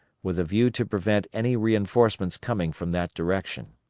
with a view to prevent any reinforcements coming from that direction.